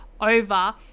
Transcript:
over